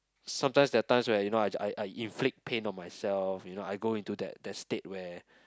sometimes there're times where you know I I inflict pain on myself you know I go into that that state where